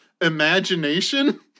imagination